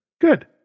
Good